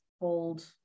hold